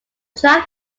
track